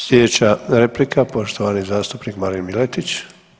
Slijedeća replika poštovani zastupnik Marin Miletić.